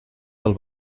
del